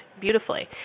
beautifully